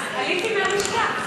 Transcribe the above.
עליתי מהלשכה.